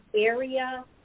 area